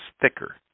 thicker